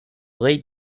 late